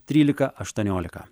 trylika aštuoniolika